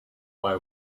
why